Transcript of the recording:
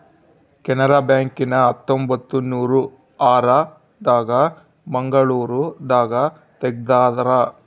Canara bank ನ ಹತ್ತೊಂಬತ್ತನೂರ ಆರ ದಾಗ ಮಂಗಳೂರು ದಾಗ ತೆಗ್ದಾರ